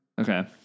Okay